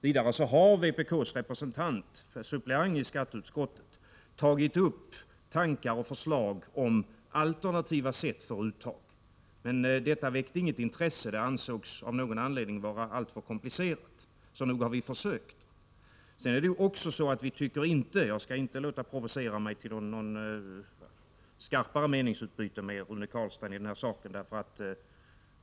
Vidare har vpk:s representant i skatteutskottet tagit upp tankar och förslag — Nr 149 om alternativa sätt för uttag. Men dessa förslag väckte inget intresse. De Onsdagen d ansågs av någon anledning vara alltför komplicerade. Så nog har vi försökt. 2 Ag SR Jag skall inte provocera mig till något skarpare meningsutbyte med Rune ] Carlstein i denna sak.